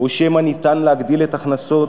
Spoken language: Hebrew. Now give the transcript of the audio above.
או שמא ניתן להגדיל את הכנסות